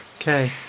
Okay